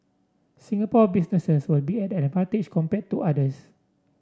Singapore businesses will be at an advantage compared to others